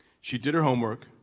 she did her homework,